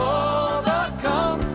overcome